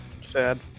Sad